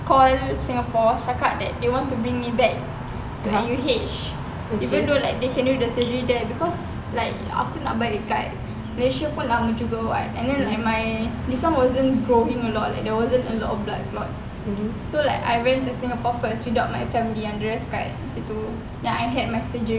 call singapore cakap that they want to bring me back N_U_H even though like they can do the surgery there because like aku nak balik kat malaysia pun lama juga [what] and then like my this [one] wasn't growing a lot there wasn't a lot of blood clot so like I like went to singapore first without my family yang the rest kat situ then I had my surgery